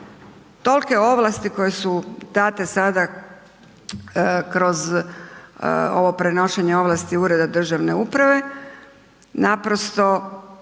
Tolike ovlasti koje su date sada kroz ovo prenošenje ovlasti ureda državne uprave, naprosto